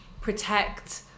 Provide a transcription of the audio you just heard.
protect